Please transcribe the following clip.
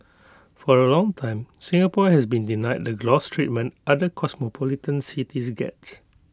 for A long time Singapore has been denied the gloss treatment other cosmopolitan cities get